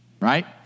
Right